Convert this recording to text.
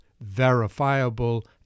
verifiable